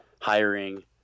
hiring